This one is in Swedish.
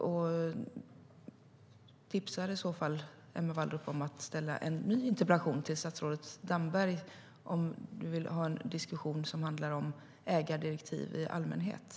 Jag tipsar Emma Wallrup om att ställa en ny interpellation till statsrådet Damberg om hon vill ha en diskussion om ägardirektiv i allmänhet.